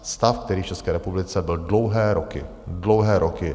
Stav, který v České republice byl dlouhé roky dlouhé roky!